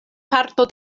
parto